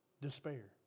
despair